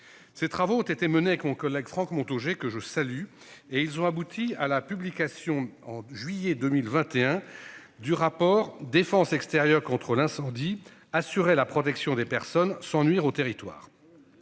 Ces travaux ont été menés con collègue Franck Montaugé que je salue et ils ont abouti à la publication en juillet 2021 du rapport défense extérieure contre l'incendie, assurer la protection des personnes sans nuire au territoire.